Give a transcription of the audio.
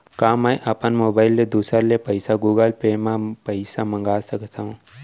का मैं अपन मोबाइल ले दूसर ले पइसा गूगल पे म पइसा मंगा सकथव?